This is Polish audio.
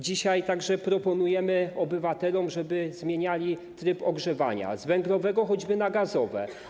Dzisiaj proponujemy obywatelom, żeby zmieniali tryb ogrzewania z węglowego choćby na gazowe.